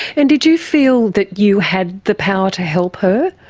and did you feel that you had the power to help her?